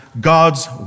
God's